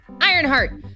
Ironheart